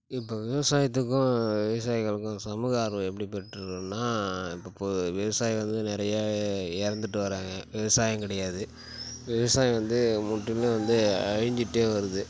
இப்போ விவசாயத்துக்கும் விவசாயிகளுக்கும் சமூக ஆர்வம் எப்படி பெற்று இருக்குதுன்னா இப்போ கு விவசாயம் வந்து நிறைய இழந்துட்டு வர்றாங்க விவசாயங் கிடையாது விவசாயம் வந்து முற்றிலும் வந்து அழிஞ்சிகிட்டே வருது